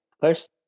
first